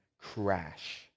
crash